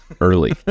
early